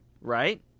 right